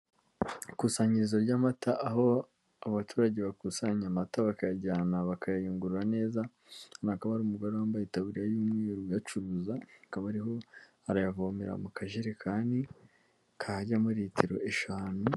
Ikusanyirizo ry'amata aho abaturage bakusanya amata bakayajyana, bakayayungurura neza. Hakaba hari umugore wambaye itaburiya y'umweru uyacuruza, akaba arimo arayavomera mu kajerekani kajyamo litiro eshanu.